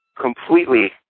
completely